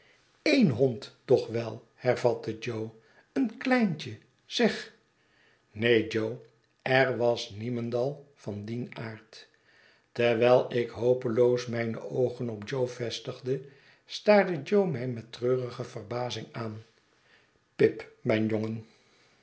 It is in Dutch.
een hond toch wel hervatte jo een kleintje zeg neen jo er was niemendal van dien aard terwijl ik hopeloos mijne oogen op jo vestigde staarde jo mij met treurige verbazing aan pip mijn jongen